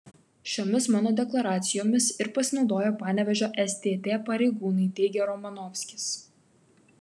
šiomis mano deklaracijomis ir pasinaudojo panevėžio stt pareigūnai teigė romanovskis